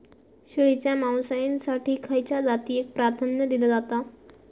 शेळीच्या मांसाएसाठी खयच्या जातीएक प्राधान्य दिला जाता?